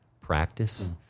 practice